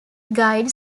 guide